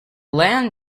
land